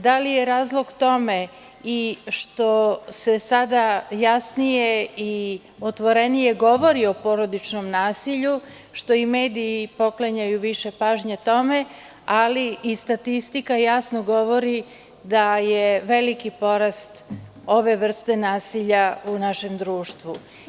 Da li je razlog tome i što se sada jasnije i otvorenije govori o porodičnom nasilju, što i mediji poklanjaju više pažnje tome, ali i statistika jasno govori da je veliki porast ove vrste nasilja u našem društvu.